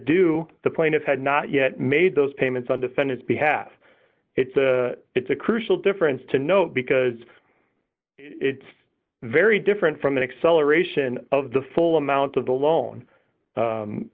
do the plaintiffs had not yet made those payments on defendants behalf it's a it's a crucial difference to note because it's very different from the acceleration of the full amount of the loan